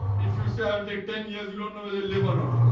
if you sell take ten years, you don't know where they live or not.